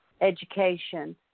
education